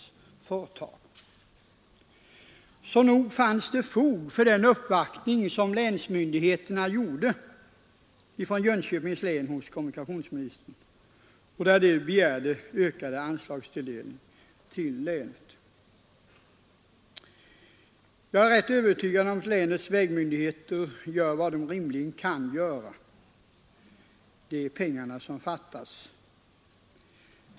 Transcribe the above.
Mot denna bakgrund måste man säga, att nog fanns det fog för den uppvaktning som länsmyndigheterna inom Jönköpings län gjorde hos kommunikationsministern med begäran om ökad anslagstilldelning till länet. Jag är rätt övertygad om att länets vägmyndigheter gör vad de rimligen kan göra — det är pengarna som fattas.